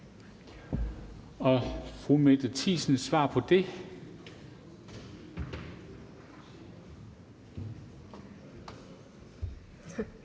Fru Mette Thiesens svar på det.